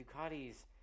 ducati's